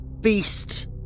beast